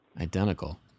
identical